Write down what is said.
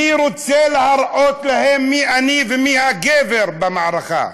מי רוצה להראות להם מי אני ומי הגבר במערכה.